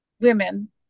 women